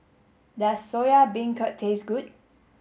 does Soya Beancurd taste good